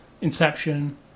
Inception